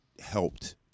helped